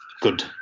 good